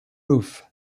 roof